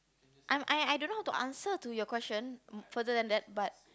I'm I I don't know how to answer to your question further than that but